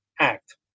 Act